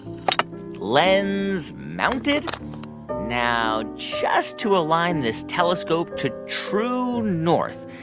lens mounted now just to align this telescope to true north.